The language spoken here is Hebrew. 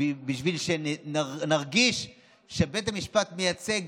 בשביל שנרגיש שבית המשפט מייצג